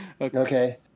Okay